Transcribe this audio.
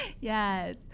yes